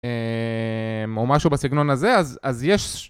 או משהו בסגנון הזה, אז יש...